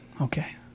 okay